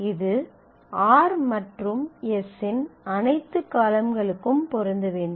இது r மற்றும் s இன் அனைத்து காலம்களுக்கும் பொருந்த வேண்டும்